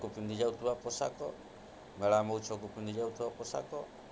ପିନ୍ଧି ଯାଉଥିବା ପୋଷାକ ମେଳା ମହୋତ୍ସବ ପିନ୍ଧି ଯାଉଥିବା ପୋଷାକ